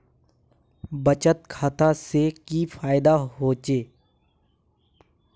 बचत खाता से की फायदा होचे?